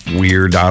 weird